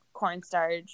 cornstarch